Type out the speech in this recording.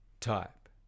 type